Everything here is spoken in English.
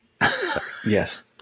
Yes